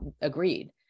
agreed